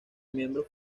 miembros